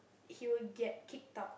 he will get kicked out